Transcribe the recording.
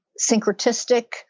syncretistic